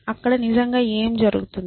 అక్కడ నిజంగా ఏమి జరుగుతుంది